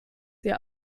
hier